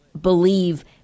believe